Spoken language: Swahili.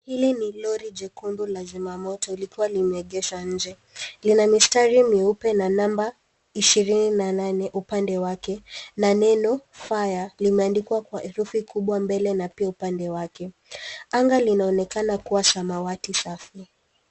Hili ni lori jekundu la wazima moto likiwa limeegeshwa nje. Lina mistari mieupe na namba ishirini na nane upande wake na neno fire limeandikwa kwa herufi kubwa mbele na pia upande wake, Anga linaonekana kuwa samawati safi.